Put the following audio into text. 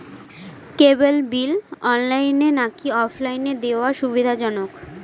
কেবল bill অনলাইনে নাকি অফলাইনে দেওয়া সুবিধাজনক?